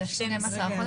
עד 12 בחודש.